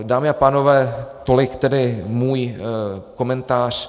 Dámy a pánové, tolik tedy můj komentář.